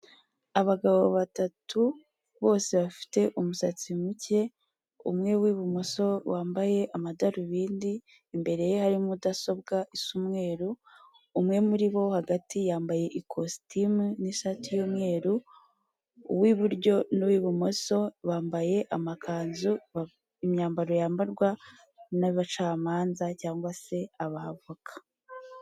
Abagabo batatu bose bafite umusatsi muke, umwe wi'bumoso wambaye amadarubindi imbere ye hari mudasobwa isa umweru, umwe muri bo hagati yambaye ikositimu n'ishati y'umweru uw'iburyo n'uw'ibumoso bambaye amakanzu imyambaro yambarwa n'abacamanza cyangwa se abavoka.